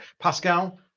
Pascal